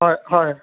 হয় হয়